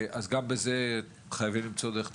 גם בזה חייבים למצוא דרך לטפל.